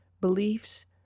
beliefs